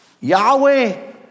Yahweh